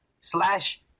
slash